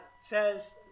says